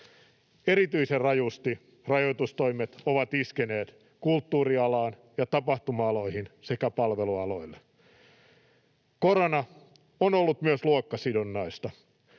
Erityisen rajusti rajoitustoimet ovat iskeneet kulttuurialaan ja tapahtuma-aloihin sekä palvelualoille. Korona on ollut myös luokkasidonnaista.